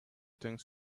things